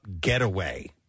getaway